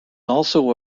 also